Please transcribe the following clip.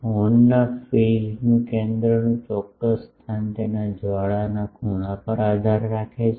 હોર્નના phase કેન્દ્રનું ચોક્કસ સ્થાન તેના જ્વાળા ના ખૂણા પર આધાર રાખે છે